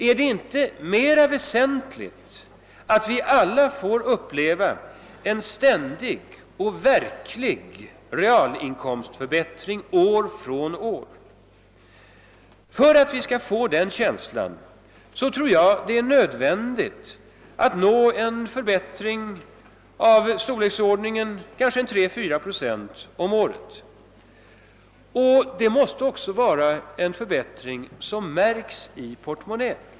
är det inte mera väsentligt att vi alla får uppleva en ständig och verklig realinkomstförbättring år från år? För att vi skall få den känslan tror jag det är nödvändigt att nå en förbättring av storleksordningen 3—4 procent om året. Det måste också vara en förbättring som märks i portmonnän.